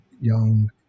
young